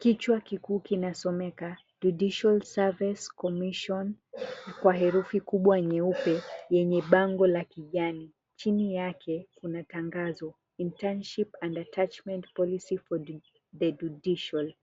Kichwa kikuu kinasomeka Judicial Service Commission kwa herufi kubwa nyeupe yenye bango la kijani. Chini yake kuna tangazo, Internship and Attachment Policy for the Judiciary.